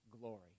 glory